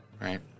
Right